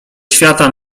świata